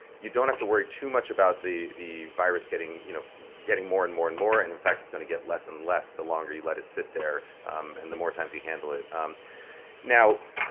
you don't have to worry too much about the the virus getting you know getting more and more and more in fact it's going to get less and less the longer you let it sit there um and the more times you handle it um now,